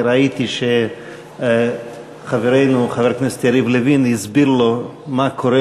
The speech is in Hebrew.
אני ראיתי שחברנו חבר הכנסת יריב לוין הסביר לו מה קורה